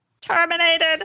terminated